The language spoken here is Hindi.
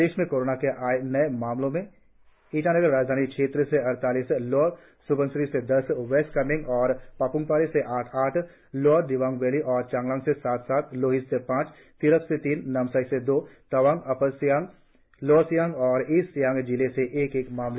प्रदेश में कोरोना के आए नए मामलों में ईटानगर राजधानी क्षेत्र से अड़तालीस लोअर स्बनसिरी से दस वेस्ट कामेंग़ और पाप्मपारे से आठ आठ लोअर दिबांग वैली और चांगलांग से सात सात लोहित से पांच तिराप से तीन नामसाई से दो तवांग अपर सियांग लोअर सियांग और ईस्ट सियांग जिले से एक एक मामले शामिल है